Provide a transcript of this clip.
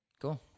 Cool